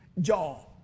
Jaw